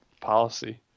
policy